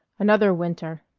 another winter.